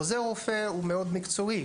עוזר רופא הוא מאוד מקצועי,